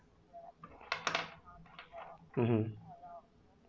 mmhmm